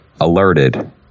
alerted